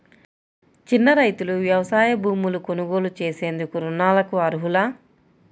చిన్న రైతులు వ్యవసాయ భూములు కొనుగోలు చేసేందుకు రుణాలకు అర్హులా?